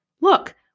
look